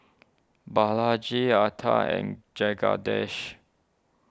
Balaji Atal and Jagadish